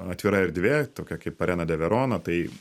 atvira erdvė tokia kaip arena de verona tai